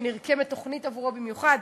שנרקמת תוכנית עבורו במיוחד,